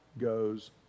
goes